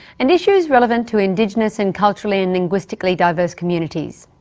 and issues relevant to indigenous and culturally and linguistically diverse communities.